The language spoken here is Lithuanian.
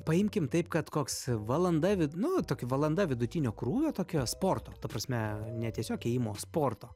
paimkim taip kad koks valanda vid nu ta valanda vidutinio krūvio tokia sporto ta prasme ne tiesiog ėjimo o sporto